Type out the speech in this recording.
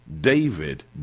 David